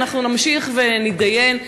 אנחנו נמשיך ונידיין.